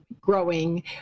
growing